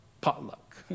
potluck